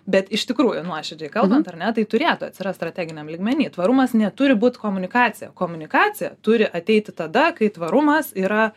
bet iš tikrųjų nuoširdžiai kalbant ar ne tai turėtų atsirast strateginiam lygmeny tvarumas neturi būt komunikacija komunikacija turi ateiti tada kai tvarumas yra